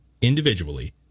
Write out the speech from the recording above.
individually